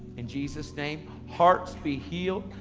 in jesus name. hearts be healed,